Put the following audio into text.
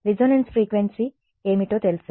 resonance frequency ఏమిటో తెలుసు